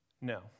No